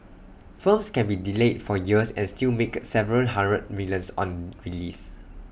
films can be delayed for years and still make A several hundred millions on release